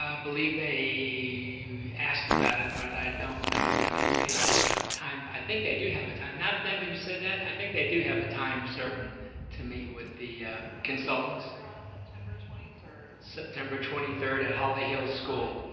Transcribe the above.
ah believe they asked about it but i don't know whether they have a time. i think they do have a time. now that you said that i think they do have a time certain to meet with the consultants. they're on september twenty third. september twenty third at holly hills school